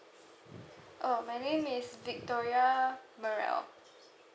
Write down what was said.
oh my name is victoria merrell